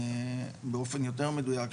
באופן יותר מדויק,